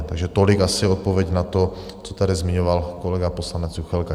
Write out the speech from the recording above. Takže tolik asi odpověď na to, co tady zmiňoval kolega poslanec Juchelka.